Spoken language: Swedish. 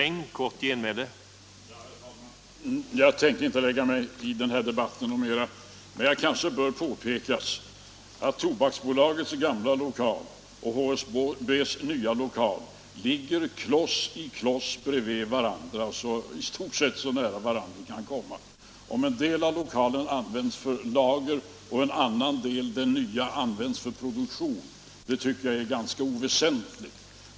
Herr talman! Jag tänkte inte lägga mig i den här debatten något mera, men det kanske bör tilläggas att Tobaksbolagets gamla lokal och HSB:s nya lokal ligger kloss i kloss bredvid varandra, i stort sett så nära varandra de kan komma. Om en del av lokalen används som lager och en annan del — den nya — används för produktion tycker jag är ganska oväsentligt.